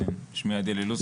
שמי עדיאל אילוז,